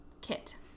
kit